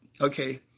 okay